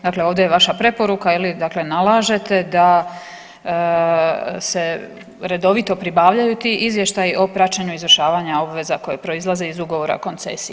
Dakle, ovdje je vaša preporuka dakle nalažete da se redovito pribavljaju ti izvještaji o praćenju izvršavanja obveza koje proizlaze iz ugovora o koncesiji.